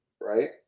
right